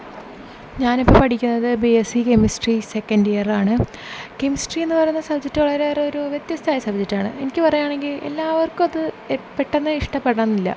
ഞാനിപ്പോൾ പഠിക്കുന്നത് B S C chemistry second ഇയറാണ് കെമിസ്ട്രി എന്നു പറയുന്ന സബ്ജക്റ്റ് വളരെയേറെ ഒരു വ്യത്യസ്തമായ സബ്ജക്റ്റാണ് എനിക്കു പറയുകയാണെങ്കിൽ എല്ലാവർക്കും അത് പെട്ടെന്ന് ഇഷ്ടപ്പെടണമെന്നില്ല